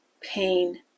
pain